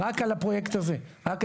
רק על הפרויקט הזה.